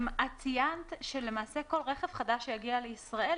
ציינת שלמעשה כל רכב חדש שיגיע לישראל,